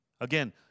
Again